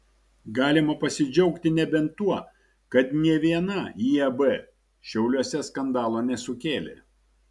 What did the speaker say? galima pasidžiaugti nebent tuo kad nė viena iab šiauliuose skandalo nesukėlė